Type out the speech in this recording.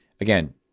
again